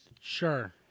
Sure